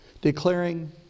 declaring